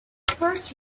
first